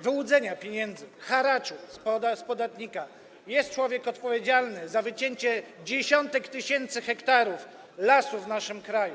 wyłudzenia pieniędzy, haraczu od podatnika jest człowiek odpowiedzialny za wycięcie dziesiątek tysięcy hektarów lasów w naszym kraju?